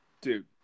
Dude